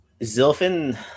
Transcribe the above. zilfin